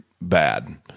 bad